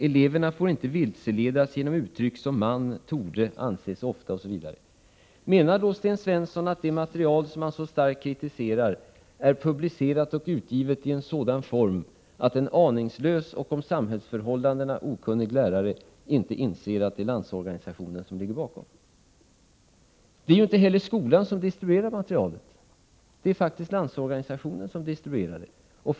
Eleverna får inte vilseledas genom uttryck som ”man”, ”torde”, ”anses ofta”, osv.” Menar Sten Svensson att det material som han så starkt kritiserar är publicerat och utgivet i sådan form att en aningslös och om samhällsförhållandena okunnig lärare inte inser att det är Landsorganisationen som ligger bakom det? Det är ju inte heller skolan som distribuerar materialet, utan det är Landsorganisationen som gör det.